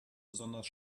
besonders